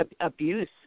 abuse